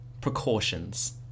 precautions